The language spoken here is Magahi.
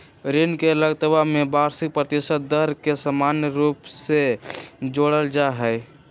ऋण के लगतवा में वार्षिक प्रतिशत दर के समान रूप से जोडल जाहई